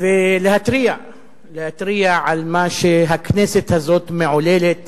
ולהתריע על מה שהכנסת הזאת מעוללת